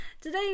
Today